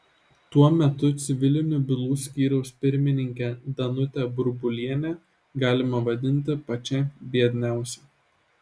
tuo metu civilinių bylų skyriaus pirmininkę danutę burbulienę galime vadinti pačia biedniausia